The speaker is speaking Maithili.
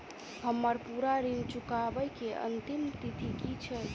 हम्मर पूरा ऋण चुकाबै केँ अंतिम तिथि की छै?